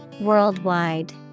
Worldwide